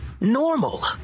normal